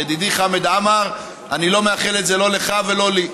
ידידי חמד עמאר, אני לא מאחל את זה לא לך ולא לי,